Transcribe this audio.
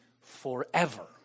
forever